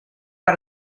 per